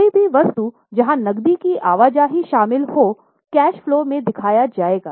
कोई भी वस्तु जहां नक़दी की आवाजाही शामिल हो कैश फलो में दिखाया जाएगा